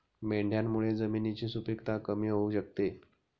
मेंढ्यांमुळे जमिनीची सुपीकता कमी होऊ शकते